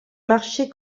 marche